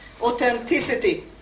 Authenticity